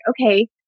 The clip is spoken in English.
okay